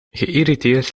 geïrriteerd